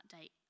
date